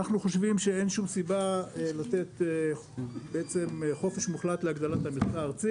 אנחנו חושבים שאין שום סיבה לתת חופש מוחלט להגדלת המכסה הארצית,